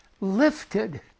lifted